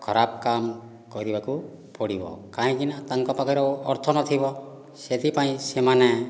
ଖରାପ କାମ କରିବାକୁ ପଡ଼ିବ କାହିଁକିନା ତାଙ୍କ ପାଖରେ ଆଉ ଅର୍ଥ ନଥିବ ସେଥିପାଇଁ ସେମାନେ